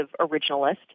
originalist